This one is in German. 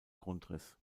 grundriss